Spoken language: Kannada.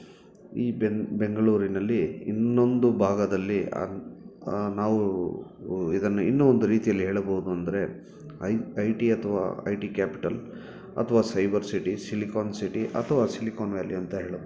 ಈ ಬೆನ್ನು ಬೆಂಗಳೂರಿನಲ್ಲಿ ಇನ್ನೊಂದು ಭಾಗದಲ್ಲಿ ನಾವು ಇದನ್ನು ಇನ್ನೂ ಒಂದು ರೀತಿಯಲ್ಲಿ ಹೇಳಬೌದು ಅಂದರೆ ಐ ಐ ಟಿ ಅಥವಾ ಐ ಟಿ ಕ್ಯಾಪಿಟಲ್ ಅಥವಾ ಸೈಬರ್ ಸಿಟಿ ಸಿಲಿಕಾನ್ ಸಿಟಿ ಅಥವಾ ಸಿಲಿಕಾನ್ ವ್ಯಾಲಿ ಅಂತ ಹೇಳಬೌದು